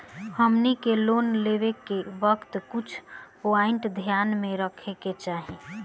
हमनी के लोन लेवे के वक्त कुछ प्वाइंट ध्यान में रखे के चाही